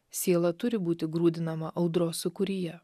siela turi būti grūdinama audros sūkuryje